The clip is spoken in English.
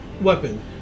weapon